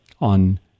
on